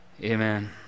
Amen